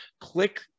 click